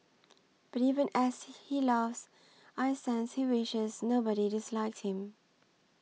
but even as he laughs I sense he wishes nobody disliked him